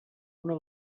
una